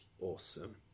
Awesome